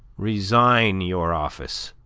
resign your office.